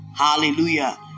Hallelujah